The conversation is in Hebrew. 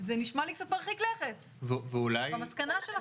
זה נשמע לי קצת מרחיק לכת במסקנה שלך.